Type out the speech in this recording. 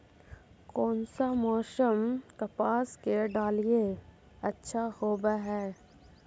कोन सा मोसम कपास के डालीय अच्छा होबहय?